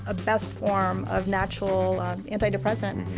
ah best form of natural antidepressant.